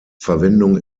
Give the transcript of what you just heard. verwendung